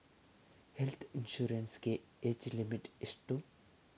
Health insurance ಗೆ age limit ಎಷ್ಟು?